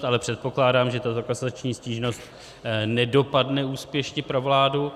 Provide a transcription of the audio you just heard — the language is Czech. Ale předpokládám, že tato kasační stížnost nedopadne úspěšně pro vládu.